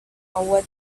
over